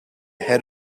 head